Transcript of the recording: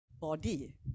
body